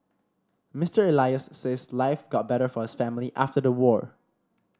Mister Elias says life got better for his family after the war